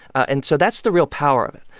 and so that's the real power of it.